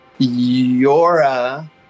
Yora